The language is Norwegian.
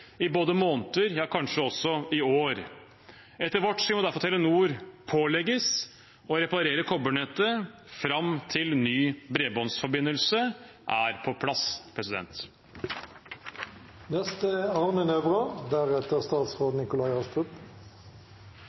i både måneder og kanskje også år. Etter vårt syn må Telenor derfor pålegges å reparere kobbernettet fram til ny bredbåndsforbindelse er på plass.